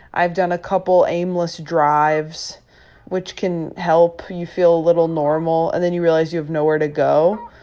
i've done a couple aimless drives which can help you feel a little normal and then you realize you have nowhere to go.